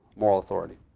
moral authority.